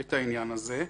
את העניין הזה.